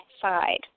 side